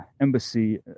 Embassy